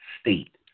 state